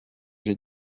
j’ai